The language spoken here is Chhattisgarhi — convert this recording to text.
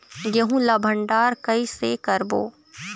गेहूं ला भंडार कई से करबो?